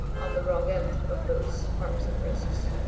on the wrong end of those harms in risks.